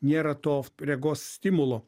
nėra to regos stimulo